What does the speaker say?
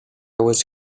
was